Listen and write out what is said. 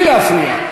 אל תפריעו.